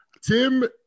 Tim